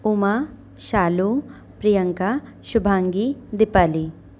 Uma Shalu Priyanka Shubhangi Dipali